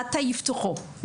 מתי יפתחו,